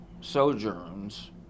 sojourns